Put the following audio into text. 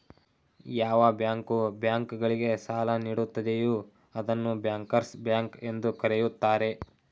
ಯಾವ bank bank ಗಳಿಗೆ ಸಾಲ ನೀಡುತ್ತದೆಯೂ ಅದನ್ನು ಬ್ಯಾಂಕರ್ಸ್ ಬ್ಯಾಂಕ್ ಎಂದು ಕರೆಯುತ್ತಾರೆ